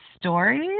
stories